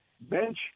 bench